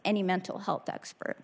any mental health expert